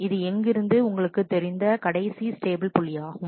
இது எங்கிருந்து உங்களுக்குத் தெரிந்த கடைசி ஸ்டேபிள் புள்ளியாகும்